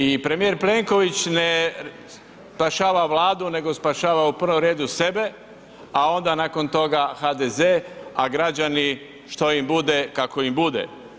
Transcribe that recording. I premijer Plenković ne spašava Vladu nego spašava u prvom redu sebe, a onda nakon toga HDZ, a građani što im bude, kako im bude.